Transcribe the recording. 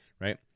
right